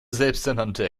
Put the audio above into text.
selbsternannte